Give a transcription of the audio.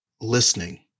listening